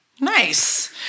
Nice